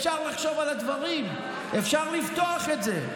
אפשר לחשוב על הדברים, אפשר לפתוח את זה.